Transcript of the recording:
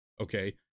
okay